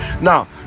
now